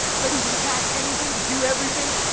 ready to attack anything, to do everything,